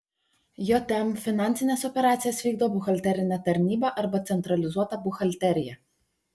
jm finansines operacijas vykdo buhalterinė tarnyba arba centralizuota buhalterija